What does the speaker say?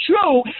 true